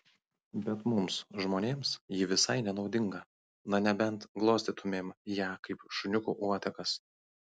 bet mums žmonėms ji visai nenaudinga na nebent glostytumėm ją kaip šuniukų uodegas